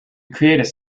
creators